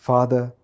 Father